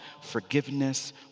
forgiveness